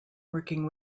working